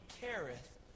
careth